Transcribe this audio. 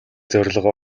зорилго